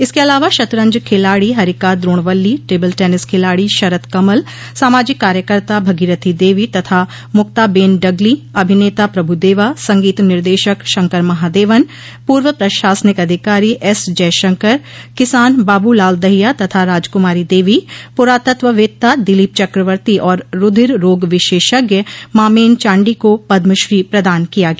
इसके अलावा शतरंज खिलाड़ी हरिका द्रोणवल्ली टेबल टेनिस खिलाड़ी शरत कमल सामाजिक कार्यकर्ता भगीरथी देवी तथा मुक्ताबेन डगली अभिनेता प्रभुदेवा संगीत निर्देशक शंकर महादेवन पूर्व प्रशासनिक अधिकारी एस जयशंकर किसान बाबू लाल दहिया तथा राजकुमारी देवी पुरातत्ववेत्ता दिलीप चकवर्ती और रूधिर रोग विशेषज्ञ मामेन चांडी को पद्मश्री प्रदान किया गया